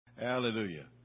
Hallelujah